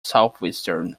southwestern